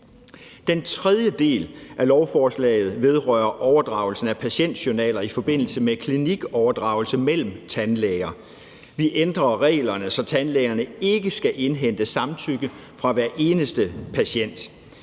Den tredje del af lovforslaget vedrører overdragelsen af patientjournaler i forbindelse med klinikoverdragelse mellem tandlæger. Vi ændrer reglerne, så tandlægerne ikke skal indhente samtykke fra hver eneste patient;